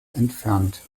entfernt